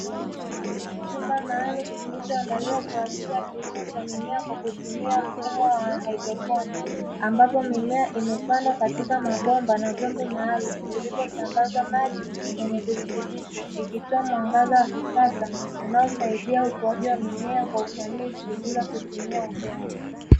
Chumba maalumu kilichoandaliwa kwa ajili ya kilimo cha mimea kwa kutumia mfumo wa haidroponi, ambapo mimea imepandwa katika mabomba na vyombo maalumu vilivyosambaza maji yenye virutubisho, ikitoa mwangaza wa kisasa unaosaidia ukuaji wa mimea kwa ufanisi bila kutumia udongo.